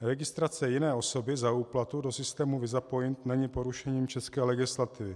Registrace jiné osoby za úplatu do systému VISAPOINT není porušením české legislativy.